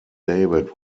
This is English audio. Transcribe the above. david